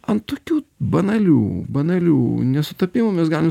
ant tokių banalių banalių nesutapimų mes galim